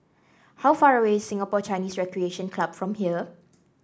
how far away is Singapore Chinese Recreation Club from here